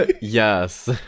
Yes